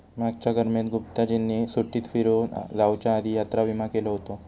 मागच्या गर्मीत गुप्ताजींनी सुट्टीत फिरूक जाउच्या आधी यात्रा विमा केलो हुतो